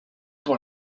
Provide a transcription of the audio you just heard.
pour